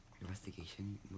investigation